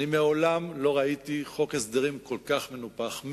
מעולם לא ראיתי חוק הסדרים כל כך מנופח,